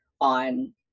on